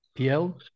PL